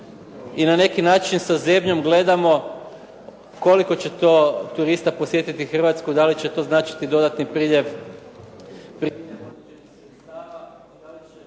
i na neki način sa zebnjom gledamo koliko će to turista posjetiti Hrvatsku, da li će to značiti dodatni priljev